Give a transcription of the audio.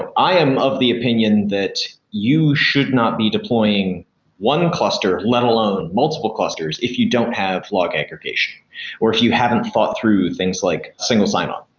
i am of the opinion that you should not be deploying one cluster, let alone multiple clusters if you don't have log aggregation or if you haven't thought through things like single sign-on.